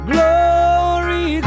Glory